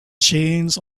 jeans